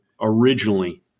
originally